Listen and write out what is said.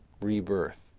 rebirth